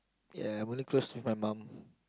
ya I'm only close with my mum